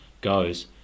goes